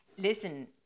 Listen